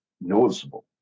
noticeable